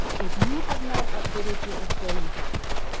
if you have not updated your employee handbook,